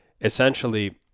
essentially